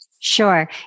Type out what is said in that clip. Sure